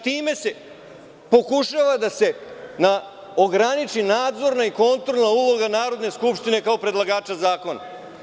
Time se pokušava da se ograniči nadzorna i kontrolna uloga Narodne skupštine kao predlagača zakona.